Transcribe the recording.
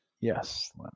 Yes